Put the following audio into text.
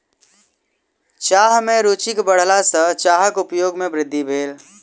चाह में रूचिक बढ़ला सॅ चाहक उपयोग में वृद्धि भेल